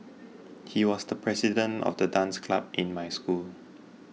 he was the president of the dance club in my school